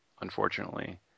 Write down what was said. unfortunately